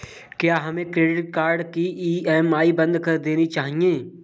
क्या हमें credit card की ई.एम.आई बंद कर देनी चाहिए?